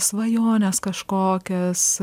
svajones kažkokias